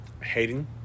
Hating